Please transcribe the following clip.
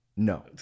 No